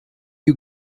you